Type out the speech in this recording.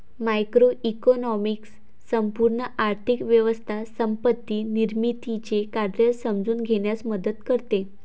macroeconomics संपूर्ण आर्थिक व्यवस्था संपत्ती निर्मितीचे कार्य समजून घेण्यास मदत करते